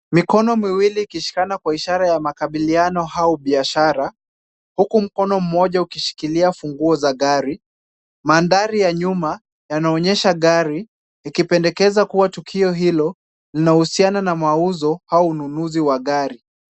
Mikono miwili ikishikana kwa ishara ya makabiliano au biashara, huku mkono mmoja ukishikilia funguo za gari. Mandhari ya nyuma yanaonyesha gari, likipendekeza kuwa tukio hilo, linahusiana na mauzo au ununuzi wa gari.